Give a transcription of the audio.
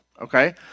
okay